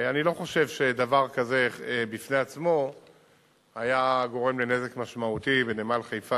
אני לא חושב שדבר כזה בפני עצמו היה גורם לנזק משמעותי בנמל חיפה,